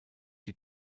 die